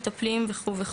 מטפלים וכו'.